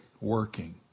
working